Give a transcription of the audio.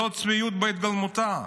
זאת הצביעות בהתגלמותה.